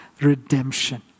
redemption